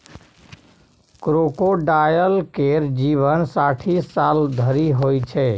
crocodile केर जीबन साठि साल धरि होइ छै